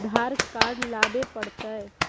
आधार card लाबे पड़तै?